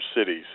cities